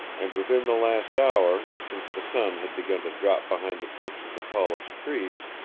and within the last hour, since the sun had begun to drop behind the tips of the tallest trees,